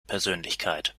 persönlichkeit